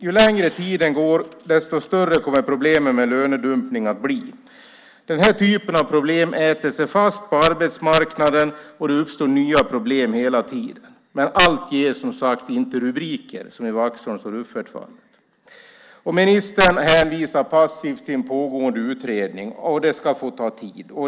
Ju längre tiden går, desto större kommer problemen med lönedumpning att bli. Den här typen av problem äter sig fast på arbetsmarknaden, och det uppstår nya problem hela tiden. Men allt ger, som sagt, inte rubriker, som i Vaxholms och Rüffertfallen. Ministern hänvisar passivt till en pågående utredning. Den ska få ta tid.